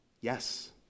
Yes